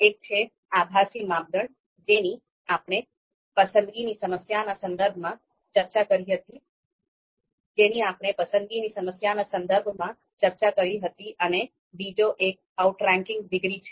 એક છે આભાસી માપદંડ જેની આપણે પસંદગીની સમસ્યાના સંદર્ભમાં ચર્ચા કરી હતી અને બીજો એક અઉટ રેન્કિંગ ડિગ્રી છે